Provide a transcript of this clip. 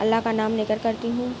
اللہ کا نام لے کر کرتی ہوں